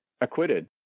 acquitted